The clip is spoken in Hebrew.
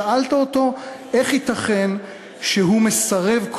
שאלת אותו איך ייתכן שהוא מסרב,